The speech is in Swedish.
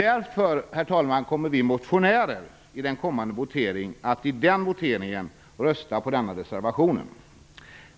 Därför kommer vi motionärer att vid kommande votering rösta för reservation 2.